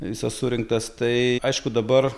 visas surinktas tai aišku dabar